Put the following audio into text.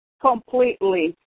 completely